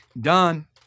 Done